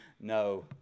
No